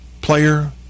player